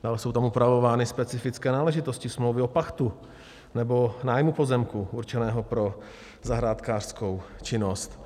Dále jsou tam upravovány specifické náležitosti smlouvy o pachtu nebo nájmu pozemku určeného pro zahrádkářskou činnost.